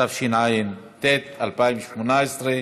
התשע"ט 2018,